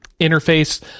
interface